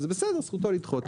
וזה בסדר, זכותו לדחות.